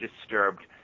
disturbed